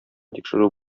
тикшерү